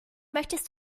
möchtest